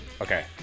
okay